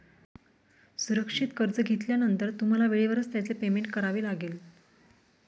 सुरक्षित कर्ज घेतल्यानंतर तुम्हाला वेळेवरच त्याचे पेमेंट करावे लागेल